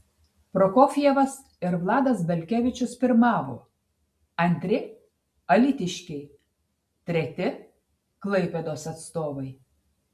prokofjevas ir vladas belkevičius pirmavo antri alytiškiai treti klaipėdos atstovai